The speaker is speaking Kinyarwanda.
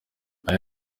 aya